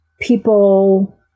people